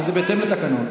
וזה בהתאם לתקנון.